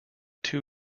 two